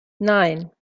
nein